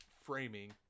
framing